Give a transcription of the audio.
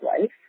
life